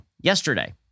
yesterday